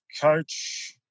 coach